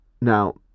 Now